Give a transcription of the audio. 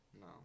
no